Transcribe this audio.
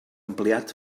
ampliat